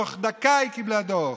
ותוך דקה היא קיבלה דוח.